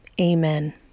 amen